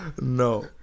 No